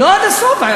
לא עד הסוף.